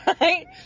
Right